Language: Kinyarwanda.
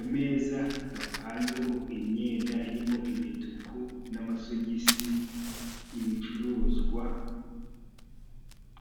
ameza apanzeho imyenda irimo imituku n'amasogisi ibicuruzwa.